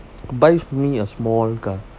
buy me a small car